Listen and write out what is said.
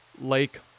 Lake